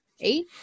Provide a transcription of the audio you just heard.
Eight